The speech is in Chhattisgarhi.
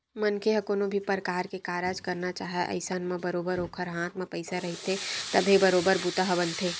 मनखे ह कोनो भी परकार के कारज करना चाहय अइसन म बरोबर ओखर हाथ म पइसा रहिथे तभे बरोबर बूता ह बनथे